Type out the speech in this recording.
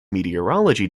meteorology